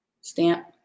stamp